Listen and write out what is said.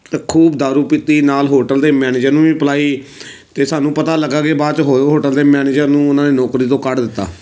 ਅਤੇ ਖੂਬ ਦਾਰੂ ਪੀਤੀ ਨਾਲ ਹੋਟਲ ਦੇ ਮੈਨੇਜਰ ਨੂੰ ਵੀ ਪਿਲਾਈ ਅਤੇ ਸਾਨੂੰ ਪਤਾ ਲੱਗਾ ਕਿ ਬਾਅਦ 'ਚ ਹੋ ਹੋਟਲ ਦੇ ਮੈਨੇਜਰ ਨੂੰ ਉਹਨਾਂ ਨੇ ਨੌਕਰੀ ਤੋਂ ਕੱਢ ਦਿੱਤਾ